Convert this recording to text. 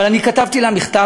אבל אני כתבתי לה מכתב,